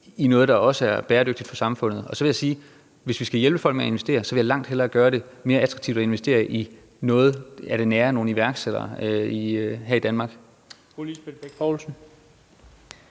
i noget, der også er bæredygtigt for samfundet. Og så vil jeg sige, at hvis vi skal hjælpe folk med at investere, vil jeg langt hellere gøre det mere attraktivt at investere i noget af det nære, nogle iværksættere her i Danmark.